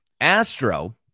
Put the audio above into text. Astro